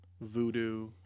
Voodoo